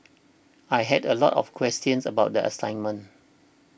I had a lot of questions about the assignment